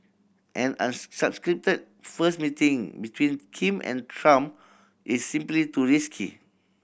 an unscripted first meeting between Kim and Trump is simply too risky